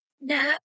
No